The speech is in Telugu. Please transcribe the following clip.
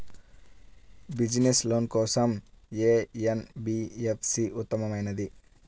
బిజినెస్స్ లోన్ కోసం ఏ ఎన్.బీ.ఎఫ్.సి ఉత్తమమైనది?